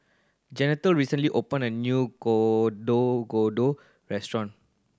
Jeanette recently opened a new Gado Gado restaurant